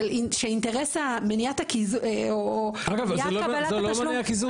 שאינטרס מניעת קבלת התשלום --- אגב זה לא מונע קיזוז.